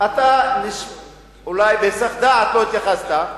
אתה אולי בהיסח דעת לא התייחסת,